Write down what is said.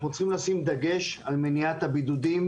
אנחנו צריכים לשים דגש על מניעת הבידודים.